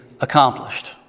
accomplished